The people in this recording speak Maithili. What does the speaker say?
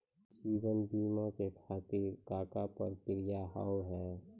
जीवन बीमा के खातिर का का प्रक्रिया हाव हाय?